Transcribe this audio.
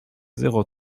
zéro